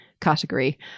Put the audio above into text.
category